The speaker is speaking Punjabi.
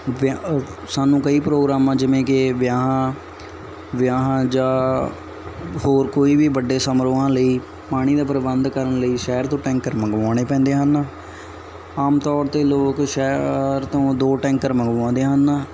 ਵਿਆਹ ਸਾਨੂੰ ਕਈ ਪ੍ਰੋਗਰਾਮਾਂ ਜਿਵੇਂ ਕਿ ਵਿਆਹ ਵਿਆਹਾਂ ਜਾਂ ਹੋਰ ਕੋਈ ਵੀ ਵੱਡੇ ਸਮਰੋਹਾਂ ਲਈ ਪਾਣੀ ਦਾ ਪ੍ਰਬੰਧ ਕਰਨ ਲਈ ਸ਼ਹਿਰ ਤੋਂ ਟੈਂਕਰ ਮੰਗਵਾਉਣੇ ਪੈਂਦੇ ਹਨ ਆਮ ਤੌਰ 'ਤੇ ਲੋਕ ਸ਼ਹਿਰ ਤੋਂ ਦੋ ਟੈਂਕਰ ਮੰਗਵਾਉਂਦੇ ਹਨ